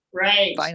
right